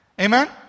Amen